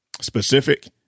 specific